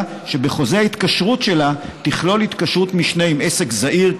שבחוזה ההתקשרות שלה תכלול התקשרות משנה עם עסק זעיר,